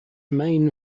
main